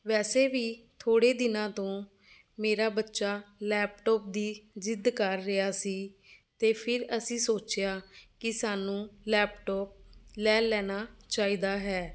ਵੈਸੇ ਵੀ ਥੋੜ੍ਹੇ ਦਿਨਾਂ ਤੋਂ ਮੇਰਾ ਬੱਚਾ ਲੈਪਟੋਪ ਦੀ ਜਿੱਦ ਕਰ ਰਿਹਾ ਸੀ ਅਤੇ ਫਿਰ ਅਸੀਂ ਸੋਚਿਆ ਕਿ ਸਾਨੂੰ ਲੈਪਟੋਪ ਲੈ ਲੈਣਾ ਚਾਹੀਦਾ ਹੈ